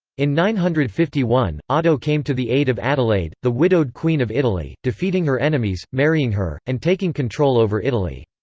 in nine hundred and fifty one, otto came to the aid of adelaide, the widowed queen of italy, defeating her enemies, marrying her, and taking control over italy.